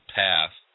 path